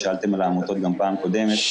שאלתם על העמותות גם בישיבה הקודמת.